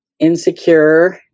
insecure